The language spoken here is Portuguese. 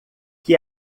que